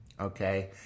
Okay